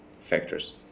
factors